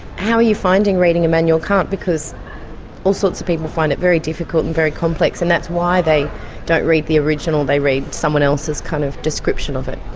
how are you finding reading immanuel kant, because all sorts of people find it very difficult and very complex and that's why they don't read the original, they read someone else's kind of description of it.